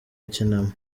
akinamo